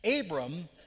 Abram